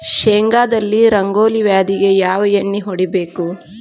ಶೇಂಗಾದಲ್ಲಿ ರಂಗೋಲಿ ವ್ಯಾಧಿಗೆ ಯಾವ ಎಣ್ಣಿ ಹೊಡಿಬೇಕು?